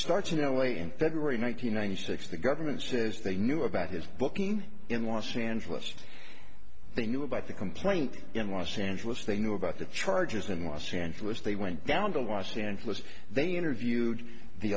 starts no way in february one thousand nine hundred six the government says they knew about his booking in los angeles they knew about the complaint in los angeles they knew about the charges in los angeles they went down to los angeles they interviewed the